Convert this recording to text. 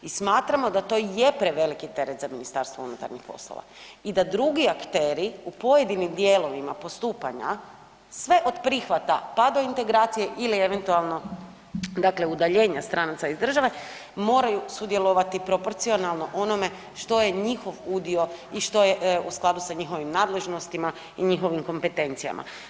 I smatramo da to je preveliki teret za MUP i da drugi akteri u pojedinim dijelovima postupanja sve od prihvata pa do integracije ili eventualno dakle udaljenja stranaca iz države moraju sudjelovati proporcionalno onome što je njihov udio i što je u skladu sa njihovim nadležnostima i njihovim kompetencijama.